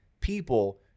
people